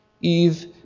Eve